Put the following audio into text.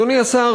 אדוני השר,